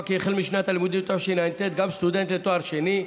כי החל משנת הלימודים תשע"ט גם סטודנט לתואר שני,